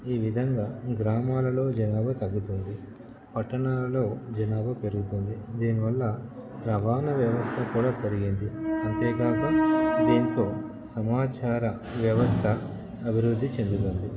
ఈ విధంగా గ్రామాలలో జనాభా తగ్గుతుంది పట్టణాలలో జనాభా పెరుగుతుంది దీనివల్ల రవాణా వ్యవస్థ కూడా పెరిగింది అంతేకాక దీంతో సమాచార వ్యవస్థ అభివృద్ధి చెందుతుంది